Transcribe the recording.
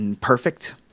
perfect